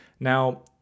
Now